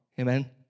amen